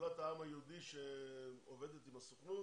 שדולת העם היהודי שעובדת עם הסוכנות.